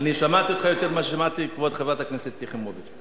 אני שמעתי אותך יותר מאשר את כבוד חברת הכנסת יחימוביץ.